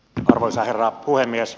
arvoisa herra puhemies